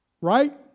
Right